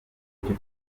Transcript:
icyo